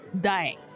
die